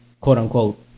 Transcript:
quote-unquote